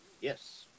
Yes